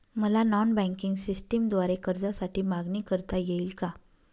मला non banking सिस्टमद्वारे कर्जासाठी मागणी करता येईल का?